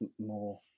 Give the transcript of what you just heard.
more